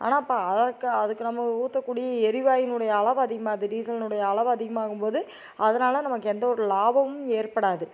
ஆனால் ப அதை அதுக்கு நம்ம ஊற்றக்கூடிய எரிவாயுவினுடைய அளவு அதே மாதிரி டீசல்னுடைய அளவு அதிகமாகும் போது அதனால் நமக்கு எந்த ஒரு லாபமும் ஏற்படாது